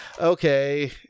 okay